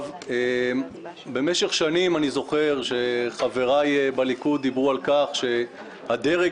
במשך שנים חבריי בליכוד דיברו על כך שהדרג